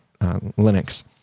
Linux